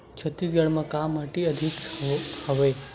छत्तीसगढ़ म का माटी अधिक हवे?